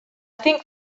think